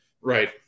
Right